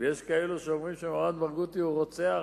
ויש כאלה שחושבים שמרואן ברגותי הוא רוצח